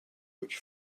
which